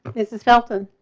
is is felton.